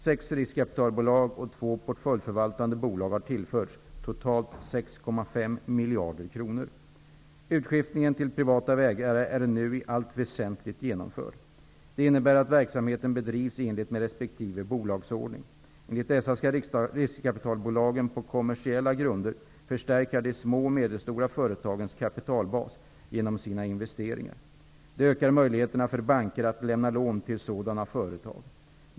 Sex riskkapitalbolag och två portföljförvaltande bolag har tillförts totalt 6,5 miljarder kronor. Utskiftningen till privata ägare är nu i allt väsentligt genomförd. Det innebär att verksamheten bedrivs i enlighet med resp. bolagsordning. Enligt dessa skall riskkapitalbolagen på kommersiella grunder förstärka de små och medelstora företagens kapitalbas genom sina investeringar. Det ökar möjligheterna för banker att lämna lån till sådana företag.